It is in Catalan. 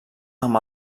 amb